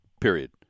period